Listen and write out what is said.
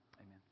Amen